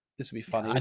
this will be fun,